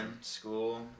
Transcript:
School